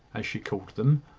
as she called them,